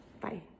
Bye